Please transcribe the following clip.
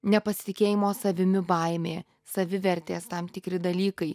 nepasitikėjimo savimi baimė savivertės tam tikri dalykai